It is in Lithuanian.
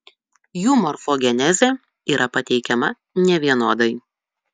jų morfogenezė yra pateikiama nevienodai